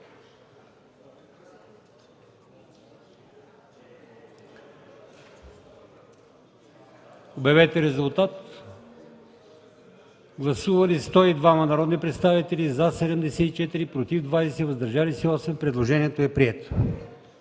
Моля, гласувайте. Гласували 102 народни представители: за 74, против 20, въздържали се 8. Предложението е прието.